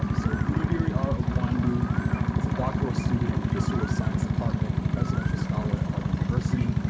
um so udodiri r. okwandu is a doctoral student in the history of science department and presidential scholar at harvard university.